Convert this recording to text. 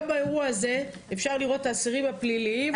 גם באירוע הזה אפשר לראות את האסירים הפליליים.